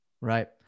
Right